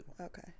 Okay